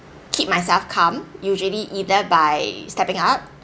keep myself calm usually either by stepping up